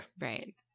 Right